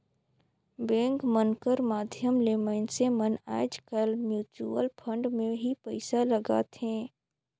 bank मन कर माध्यम ले मइनसे मन आएज काएल म्युचुवल फंड में ही पइसा लगाथें